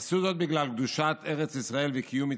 עשו זאת בגלל קדושת ארץ ישראל וקיום מצוותיה,